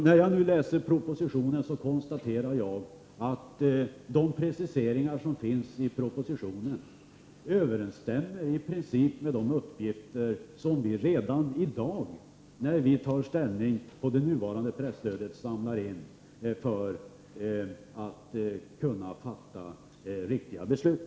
När jag nu läser propositionen kan jag konstatera att de preciseringar som förekommer där i princip överenstämmer med de uppgifter som vi redan i dag inom ramen för det nuvarande presstödet samlar in för att vi skall kunna fatta riktiga beslut.